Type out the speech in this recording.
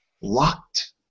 locked